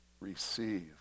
receive